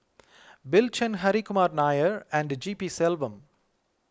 Bill Chen Hri Kumar Nair and G P Selvam